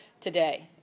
today